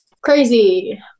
crazy